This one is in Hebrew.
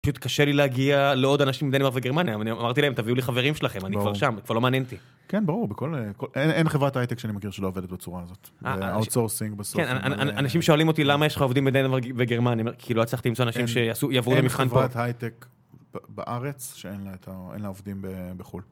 פשוט קשה לי להגיע לעוד אנשים מדנמרק וגרמניה, אבל אני אמרתי להם, תביאו לי חברים שלכם, אני כבר שם, כבר לא מעניין אותי. כן, ברור, אין חברת הייטק שאני מכיר שלא עובדת בצורה הזאת. אאוטסורסינג בסוף זה... אנשים שואלים אותי למה יש לך עובדים בדנמרק וגרמניה, כי לא הצלחתי למצוא אנשים שיעברו את המבחן פה. אין חברת הייטק בארץ שאין לה עובדים בחול.